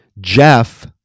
Jeff